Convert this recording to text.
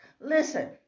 Listen